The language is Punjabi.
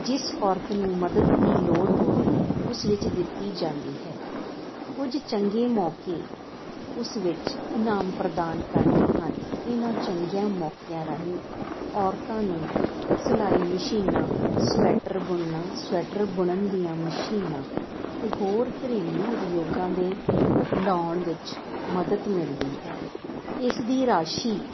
ਜਿਸ ਔਰਤ ਨੂੰ ਮਦਦ ਦੀ ਲੋੜ ਹੋਵੇ ਉਸ ਵਿੱਚ ਦਿੱਤੀ ਜਾਂਦੀ ਹੈ ਕੁਝ ਚੰਗੇ ਮੌਕੇ ਉਸ ਵਿੱਚ ਇਨਾਮ ਪ੍ਰਦਾਨ ਕਰਦੇ ਹਨ ਇਹਨਾਂ ਚੰਗਿਆਂ ਮੌਕਿਆਂ ਰਾਹੀਂ ਔਰਤਾਂ ਨੂੰ ਸਿਲਾਈ ਮਸ਼ੀਨਾਂ ਸਵੈਟਰ ਬੁਣਨਾ ਸਵੈਟਰ ਬੁਣਨ ਦੀਆਂ ਮਸ਼ੀਨਾਂ ਅਤੇ ਹੋਰ ਘਰੇਲੂ ਉਦਯੋਗਾਂ ਦੇ ਲਾਉਣ ਵਿੱਚ ਮਦਦ ਮਿਲਦੀ ਹੈ ਇਸ ਦੀ ਰਾਸ਼ੀ